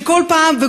שכל פעם,